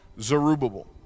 Zerubbabel